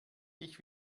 ich